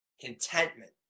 contentment